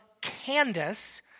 Candace